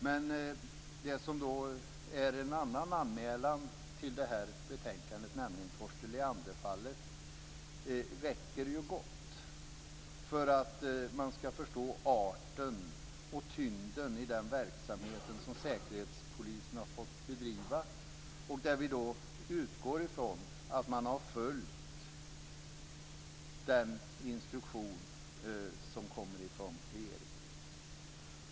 Men en annan anmälan som behandlas i det här betänkandet, nämligen den om fallet Torsten Leander, räcker gott för att man skall förstå arten och tyngden i den verksamhet som Säkerhetspolisen har fått bedriva, och där vi utgår ifrån att man har följt den instruktion som kommer från regeringen.